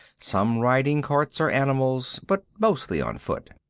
some riding carts or animals, but mostly on foot.